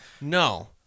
No